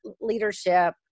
leadership